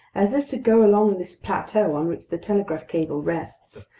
as if to go along this plateau on which the telegraph cable rests,